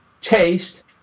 taste